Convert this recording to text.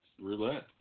Roulette